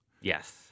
Yes